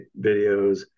videos